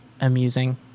amusing